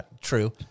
True